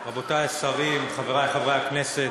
תודה רבה, רבותי השרים, חברי חברי הכנסת,